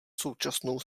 současnou